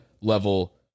level